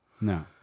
No